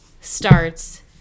starts